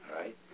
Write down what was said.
right